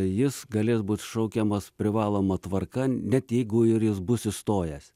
jis galės būt šaukiamas privaloma tvarka net jeigu ir jis bus įstojęs